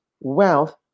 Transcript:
wealth